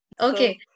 Okay